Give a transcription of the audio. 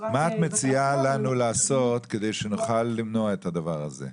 בפרט --- מה את מציעה לנו לעשות כדי שנוכל למנוע את הדבר הזה?